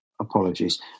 apologies